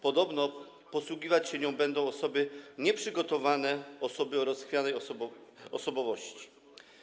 Podobno posługiwać się nią będą osoby nieprzygotowane, osoby o rozchwianej osobowości.